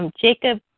Jacob